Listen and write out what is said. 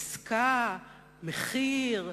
עסקה, מחיר,